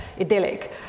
idyllic